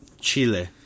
Chile